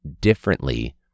differently